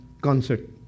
concert